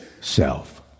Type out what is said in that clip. self